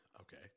Okay